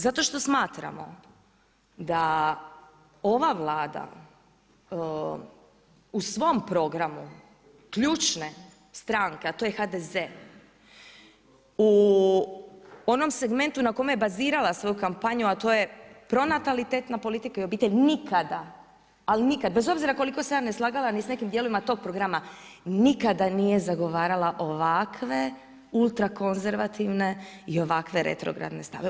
Zato što smatramo, da ova Vlada, u svom programu, ključne stranke, a to je HDZ u onom segmentu na kojoj je bazirala svoju kampanju, a to je pronatalitetna politika i obitelj, nikada, ali nikad, bez obzira koliko se ja ne slagala ni s nekim dijelovima tog programa, nikada nije zagovarala ovakve ultrakonzervativne i ovakve retrogradne stavove.